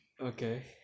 Okay